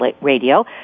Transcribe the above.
Radio